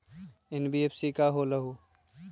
NBFC का होलहु?